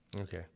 Okay